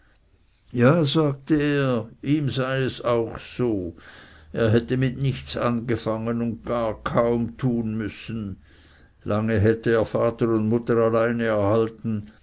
ja sagte er ihm sei es auch so er hätte mit nichts angefangen und gar kaum tun müssen lange hätte er vater und mutter alleine erhalten